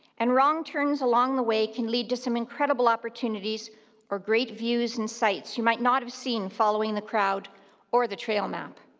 and wrong turns along the way can lead to some incredible opportunities for great views and sights you might not have seen following the crowd or the trail map.